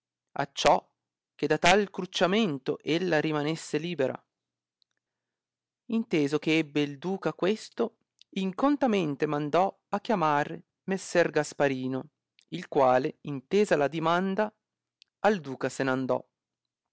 isperienza acciò che da tal crucciamento ella rimanesse libera inteso che ebbe il duca questo incontanente mandò a chiamare messer gasparino il quale intesa la domanda al duca se